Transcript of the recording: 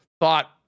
thought